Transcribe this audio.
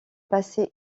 passer